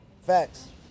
Facts